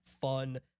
fun